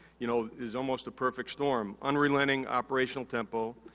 you know, it's almost a perfect storm. unrelenting operational tempo,